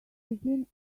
begin